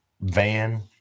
van